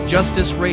Justice